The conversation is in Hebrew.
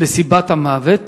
לקביעת סיבת המוות.